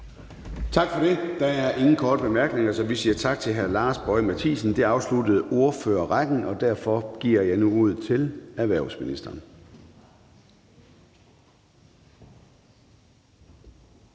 Tak for det. Der er ingen korte bemærkninger, så vi siger tak til hr. Lars Boje Mathiesen. Det afsluttede ordførerrækken, og derfor giver jeg nu ordet til erhvervsministeren.